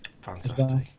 Fantastic